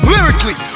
Lyrically